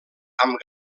amb